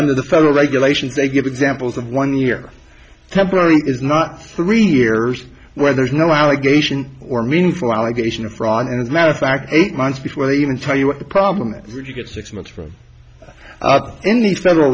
under the federal regulations they give examples of one year temporary is not three years where there's no allegation or meaningful allegation of fraud and it's a matter of fact eight months before they even tell you what the problem is when you get six months from any federal